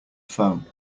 phone